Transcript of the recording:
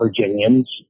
Virginians